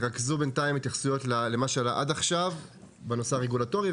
תרכזו התייחסויות למה שעלה עד עכשיו בנושא הרגולטורי.